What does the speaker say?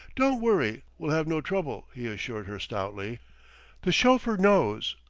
don't worry we'll have no trouble, he assured her stoutly the chauffeur knows,